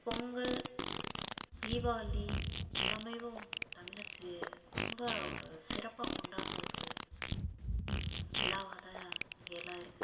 பொங்கல் தீவாளி எல்லாமேவு தமிழர் தி ரொம்ப ஒரு சிறப்பாக கொண்டாடுற ஒரு விழாவாக தான் இங்கே எல்லா இருக்குது